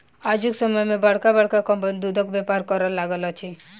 आजुक समय मे बड़का बड़का कम्पनी दूधक व्यापार करय लागल अछि